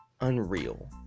unreal